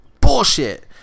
bullshit